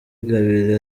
ingabire